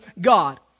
God